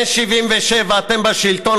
מ-1977 אתם בשלטון,